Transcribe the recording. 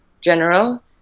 general